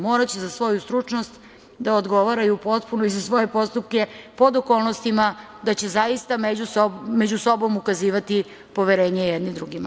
Moraće za svoju stručnost da odgovaraju potpuno i za svoje postupke pod okolnostima da će zaista među sobom ukazivati poverenje jedni drugima.